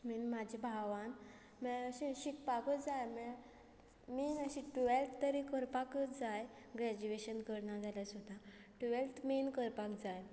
I mean म्हजे भावान म्हणल्यार अशें शिकपाकूच जाय म्हळ्यार मेन अशें टुवेल्थ तरी करपाकूच जाय ग्रेजुएशन करना जाल्यार सुद्दां टुवेल्थ मेन करपाक जाय